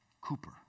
Cooper